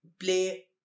play